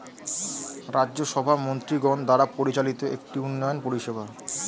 রাজ্য সভা মন্ত্রীগণ দ্বারা পরিচালিত একটি উন্নয়ন পরিষেবা